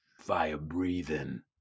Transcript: fire-breathing